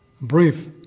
brief